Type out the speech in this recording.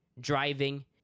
driving